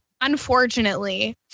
unfortunately